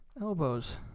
Elbows